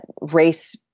race